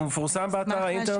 שאלה פשוטה.